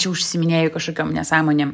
čia užsiiminėja kažkokiom nesąmonėm